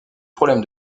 problème